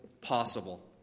possible